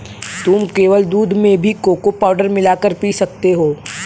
तुम केवल दूध में भी कोको पाउडर मिला कर पी सकते हो